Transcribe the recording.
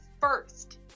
first